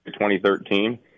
2013